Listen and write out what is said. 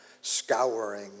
scouring